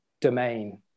domain